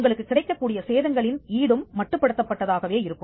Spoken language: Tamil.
உங்களுக்குக் கிடைக்கக்கூடிய சேதங்களின் ஈடும் மட்டுப்படுத்தப்பட்ட தாகவே இருக்கும்